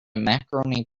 macaroni